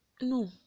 No